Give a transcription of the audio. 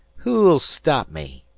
who'll stop me?